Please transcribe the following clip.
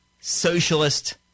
socialist